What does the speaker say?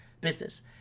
business